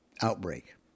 outbreak